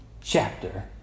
chapter